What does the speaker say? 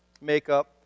makeup